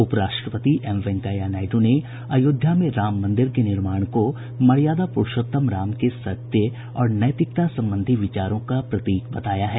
उपराष्ट्रपति एम वेंकैया नायडु ने अयोध्या में राम मंदिर के निर्माण को मर्यादा प्ररूषोतम राम के सत्य और नैतिकता संबंधी विचारों का प्रतीक बताया है